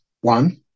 one